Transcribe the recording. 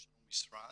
יש לנו משרד